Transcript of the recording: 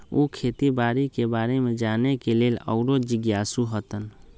उ खेती बाड़ी के बारे में जाने के लेल आउरो जिज्ञासु हतन